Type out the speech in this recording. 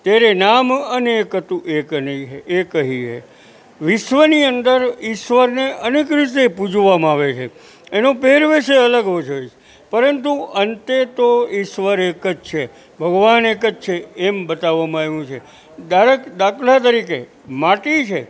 તેરે નામ અનેક તું એક હી હૈ એક હી હૈ વિશ્વની અંદર ઈશ્વરને અનેક રીતે પૂજવામાં આવે છે એનો પહેરવેશ એ અલગ હોય છે પરંતુ અંતે તો ઈશ્વર એક જ છે ભગવાન એક જ છે એમ બતાવામાં આવ્યું છે દા ત દાખલા તરીકે માટી છે